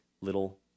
little